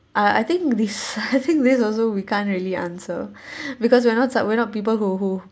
uh I think this I think this also we can't really answer because we're not some we're not people who who